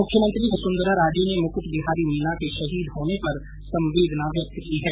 मुख्यमंत्री वसुन्धरा राजे ने मुकट बिहारी मीना के शहीद होने पर संवेदना व्यक्त की है